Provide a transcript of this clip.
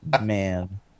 man